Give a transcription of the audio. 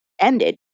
ended